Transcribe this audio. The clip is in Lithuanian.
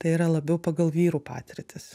tai yra labiau pagal vyrų patirtis